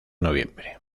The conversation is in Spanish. noviembre